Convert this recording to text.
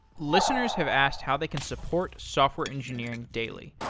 listeners have asked how they can support software engineering daily.